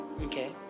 Okay